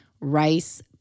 rice